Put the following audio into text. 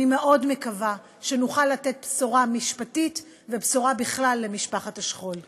אני מאוד מקווה שנוכל לתת בשורה משפטית ובשורה בכלל למשפחת השכול.